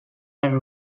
per